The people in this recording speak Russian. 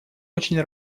очень